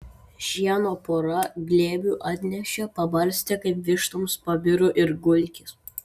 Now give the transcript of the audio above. šieno pora glėbių atnešė pabarstė kaip vištoms pabirų ir gulkis